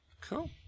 Cool